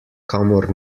kamor